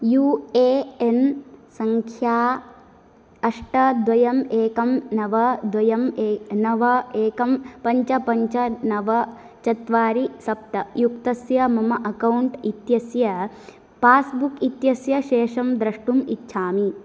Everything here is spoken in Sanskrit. यू ए एन् सङ्ख्या अष्ट द्वयम् एकं नव द्वयम् नव एकं पञ्च पञ्च नव चत्वारि सप्त युक्तस्य मम अक्कौण्ट् इत्यस्य पासबुक् इत्यस्य शेषं द्रष्टुम् इच्छामि